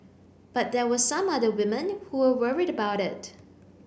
but there were some other women who were worried about it